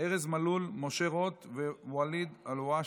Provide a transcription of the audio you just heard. ארז מלול, משה רוט וואליד אלהואשלה.